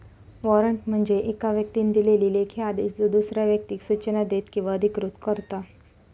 warrant म्हणजे येका व्यक्तीन दिलेलो लेखी आदेश ज्यो दुसऱ्या व्यक्तीक सूचना देता किंवा अधिकृत करता